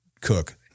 cook